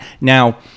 Now